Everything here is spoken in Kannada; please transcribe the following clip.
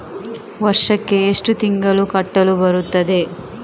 ವರ್ಷಕ್ಕೆ ಎಷ್ಟು ತಿಂಗಳು ಕಟ್ಟಲು ಬರುತ್ತದೆ?